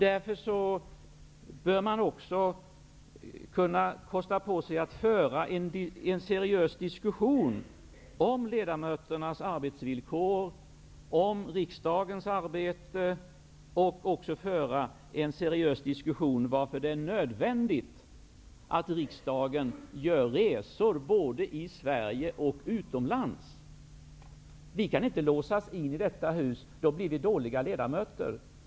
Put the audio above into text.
Därför bör man också kunna kosta på sig att föra en seriös diskussion om ledamöternas arbetsvillkor och riksdagens arbete och också föra en seriös diskussion om varför det är nödvändigt att riksdagen gör resor både i Sverige och utomlands. Vi kan inte låsas in i detta hus, för då blir vi dåliga ledamöter.